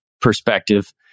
perspective